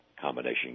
combination